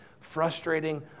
frustrating